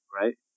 right